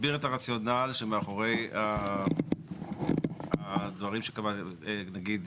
תסביר את הרציונל שמאחורי הדברים, נגיד,